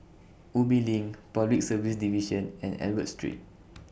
Ubi LINK Public Service Division and Albert Street